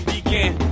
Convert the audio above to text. Begin